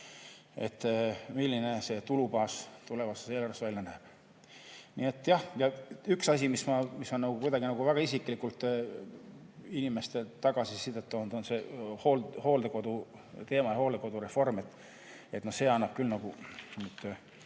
et milline see tulubaas tulevastes eelarvetes välja näeb. Ja üks asi, mis on kuidagi väga isiklikult inimeste tagasisidet toonud, on see hooldekoduteema ja hooldekodureform. See annab küll nagu